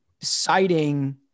citing